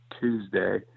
Tuesday